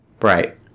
Right